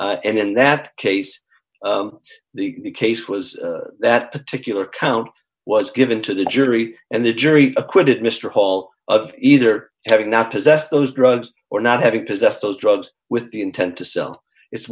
and in that case the case was that particular count was given to the jury and the jury acquitted mr hall of either having not possessed those drugs or not having possessed those drugs with the intent to sell it's